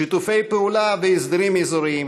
שיתופי פעולה והסדרים אזוריים,